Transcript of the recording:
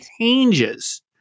changes